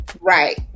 Right